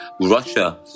Russia